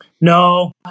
No